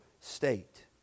state